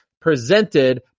presented